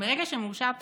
מרגע שמאושר תקציב,